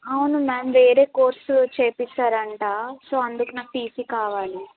అవును మ్యామ్ వేరే కోర్స్ చేయిస్తారంటా సో అందుకు నాకు టీసీ కావాలి